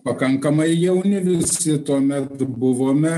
pakankamai jauni visi tuomet buvome